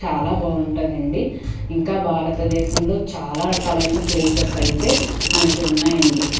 చాలా బాగుంటుందండీ ఇంకా భారతదేశంలో చాలా రకాలైన ప్లేసెస్ అయితే మనకి ఉన్నాయండీ